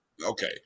okay